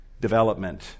development